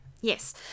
Yes